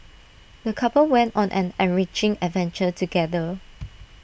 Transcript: the couple went on an enriching adventure together